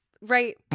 Right